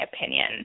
opinion